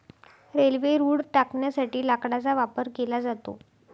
railway रुळ टाकण्यासाठी लाकडाचा वापर केला जातो